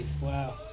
Wow